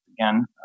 again